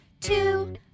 Two